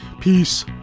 Peace